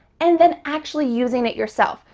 and then actually using it yourself.